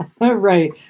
Right